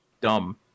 dumb